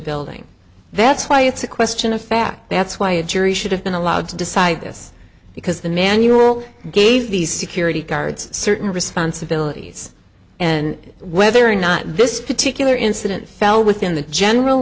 building that's why it's a question of fact that's why a jury should have been allowed to decide this because the manual gave these security guards certain responsibilities and whether or not this particular incident fell within the general